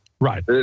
Right